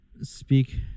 speak